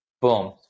Boom